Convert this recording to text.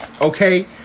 Okay